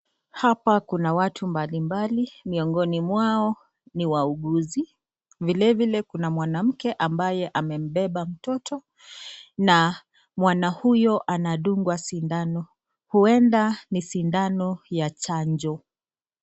Hapa kuna watu mbalimbali miongoni mwao ni wauguzi. Vilevile kuna mwanamke ambaye amembeba mtoto na mwanahuyo anadungwa sindano. Huenda ni sindano ya chanjo.